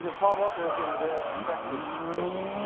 you know paul volcker has been a very effective person.